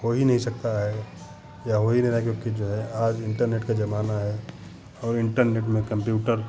हो ही नहीं सकता है या हो ही नहीं रहा क्योंकि जो है आज इंटरनेट का ज़माना है और इंटरनेट में कम्प्यूटर